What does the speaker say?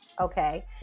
Okay